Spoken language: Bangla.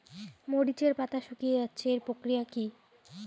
মরিচের পাতা শুকিয়ে যাচ্ছে এর প্রতিকার কি?